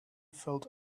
felt